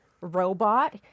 Robot